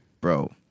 bro